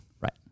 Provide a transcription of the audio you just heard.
Right